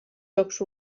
jocs